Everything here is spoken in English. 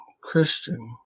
christian